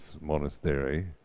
monastery